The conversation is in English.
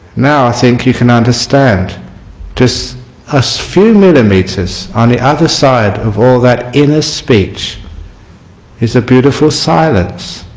now i think you can understand just a so few millimeters on the other side of all that inner speech is a beautiful silence